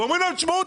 ואומרים להם: תשמעו,